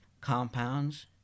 compounds